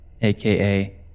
aka